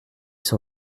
sur